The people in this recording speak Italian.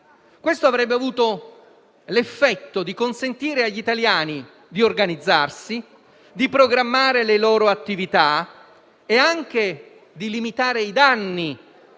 Questo avrebbe avuto l'effetto di consentire agli italiani di organizzarsi, di programmare le loro attività e anche di limitare i danni.